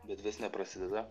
bet vis neprasideda